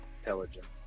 intelligence